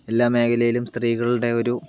എല്ലാമേഖലയിലും സ്ത്രീകളുടെ ഒരു